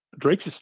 Drake's